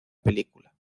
película